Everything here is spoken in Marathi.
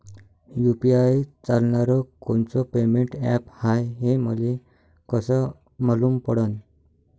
यू.पी.आय चालणारं कोनचं पेमेंट ॲप हाय, हे मले कस मालूम पडन?